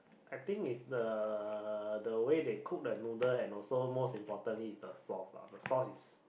I think it's the the way they cook the noodles and also most importantly it's the sauce lah the sauce is